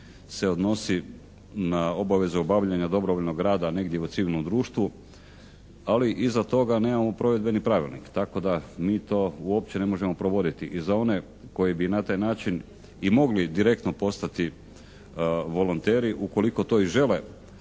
se odnosi na obavezu obavljanja dobrovoljnog rada negdje u civilnom društvu ali iza toga nemamo provedbeni pravilnik, tako da mi to uopće ne možemo provoditi. I za one koji bi na taj način i mogli direktno postati volonteri ukoliko to i žele